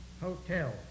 Hotel